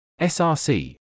src